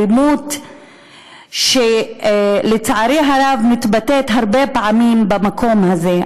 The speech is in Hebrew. אלימות שלצערי הרב מתבטאת הרבה פעמים במקום הזה.